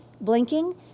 blinking